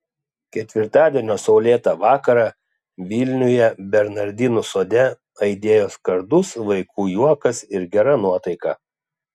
ketvirtadienio saulėtą vakarą vilniuje bernardinų sode aidėjo skardus vaikų juokas ir gera nuotaika